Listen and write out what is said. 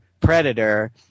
Predator